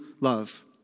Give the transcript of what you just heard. love